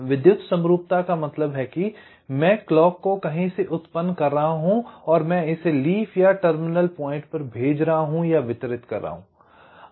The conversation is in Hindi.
विद्युत समरूपता का मतलब है कि मैं क्लॉक को कहीं से उत्त्पन्न कर रहा हूँ और मैं इसे लीफ या टर्मिनल पॉइंट पर भेज रहा हूँ या वितरित कर रहा हूं